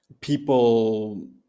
people